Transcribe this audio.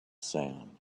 sand